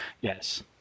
Yes